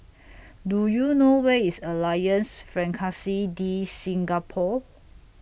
Do YOU know Where IS Alliance Francaise De Singapour